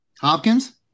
Hopkins